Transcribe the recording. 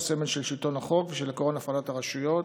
הוא סמל של שלטון החוק ושל עקרון הפרדת הרשויות.